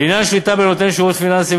לעניין שליטה בנותן שירות פיננסי,